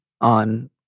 on